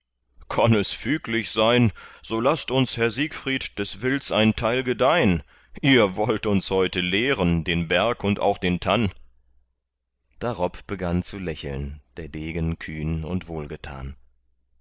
kann es füglich sein so laßt uns herr siegfried des wilds ein teil gedeihn ihr wollt uns heute leeren den berg und auch den tann darob begann zu lächeln der degen kühn und